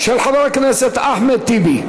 של חבר הכנסת אחמד טיבי.